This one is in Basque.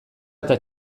eta